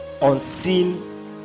unseen